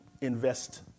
invest